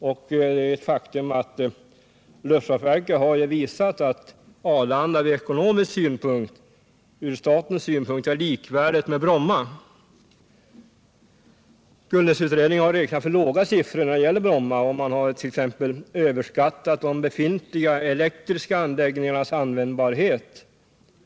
Jag vill framhålla att luftfartsverket har visat att Arlandaalternativet från statens synpunkt är ekonomiskt likvärdigt med Brommaalternativet. Gullnäsutredningen har räknat med för låga siffror när det gäller Bromma. Man har t.ex. överskattat de befintliga elektriska anläggningarnas användbarhet.